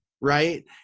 right